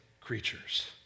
creatures